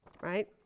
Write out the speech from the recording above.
right